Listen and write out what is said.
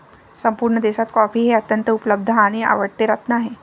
संपूर्ण देशात कॉफी हे अत्यंत उपलब्ध आणि आवडते रत्न आहे